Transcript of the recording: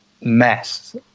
mess